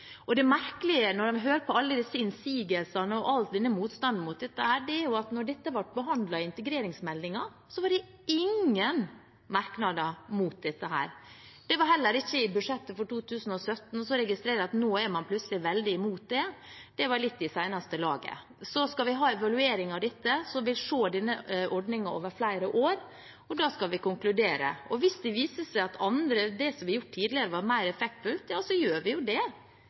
introduksjonsprogrammet. Det merkelige er – når en hører på alle disse innsigelsene og all motstanden mot dette – at da dette ble behandlet i integreringsmeldingen, var det ingen merknader mot dette. Det var det heller ikke i budsjettet for 2017. Så registrerer jeg at man nå plutselig er veldig imot det, men det er litt i seneste laget. Vi skal ha en evaluering av dette, som vil se på denne ordningen over flere år, og da skal vi konkludere. Hvis det viser seg at det som ble gjort tidligere, var mer effektfullt, så gjør vi jo det.